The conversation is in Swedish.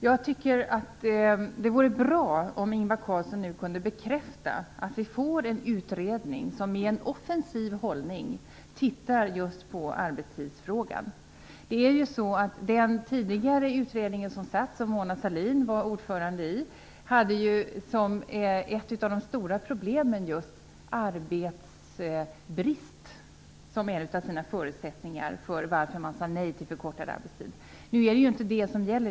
Jag tycker att det vore bra om Ingvar Carlsson nu kunde bekräfta att vi får en utredning som med en offensiv hållning ser över just arbetstidsfrågan. För den tidigare utredningen, som Mona Sahlin var ordförande i, var ett av de stora problem arbetskraftsbristen, och det var därför man sade nej till tanken på förkortad arbetstid.